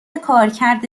کارکرد